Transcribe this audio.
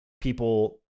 people